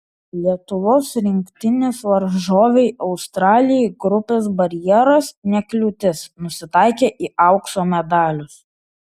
lietuvos rinktinės varžovei australijai grupės barjeras ne kliūtis nusitaikė į aukso medalius